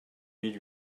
mille